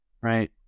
right